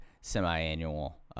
semi-annual